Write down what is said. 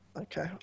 Okay